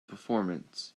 performance